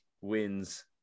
wins